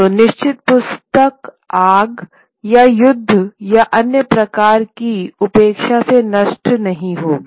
तो निश्चित पुस्तक आग या युद्ध या अन्य प्रकार की उपेक्षा से नष्ट नहीं होगी